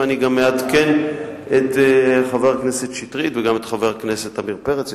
ואני גם אעדכן את חבר הכנסת שטרית וגם את חבר הכנסת עמיר פרץ.